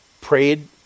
prayed